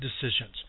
decisions